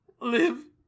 live